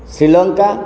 Sri Lanka